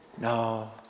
no